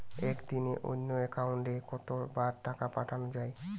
একদিনে অন্য একাউন্টে কত বার টাকা পাঠানো য়ায়?